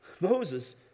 Moses